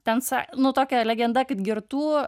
ten sa nu tokia legenda kad girtų